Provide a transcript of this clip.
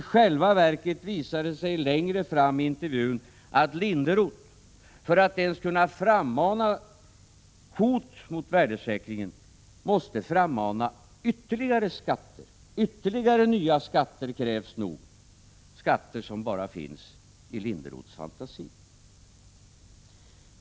I själva verket visar det sig längre fram i intervjun att Linderoth för att ens kunna frammana sitt hot mot värdesäkringen måste frammana ytterligare nya skatter — skatter som bara finns i Linderoths fantasi.